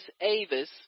avis